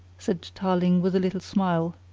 said tarling with a little smile.